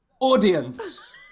audience